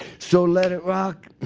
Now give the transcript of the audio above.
so let it rock.